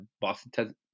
Boston